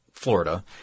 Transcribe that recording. Florida